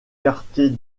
quartiers